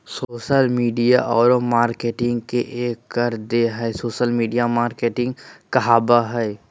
social media औरो marketing के एक कर देह हइ सोशल मिडिया मार्केटिंग कहाबय हइ